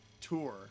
tour